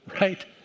right